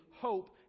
hope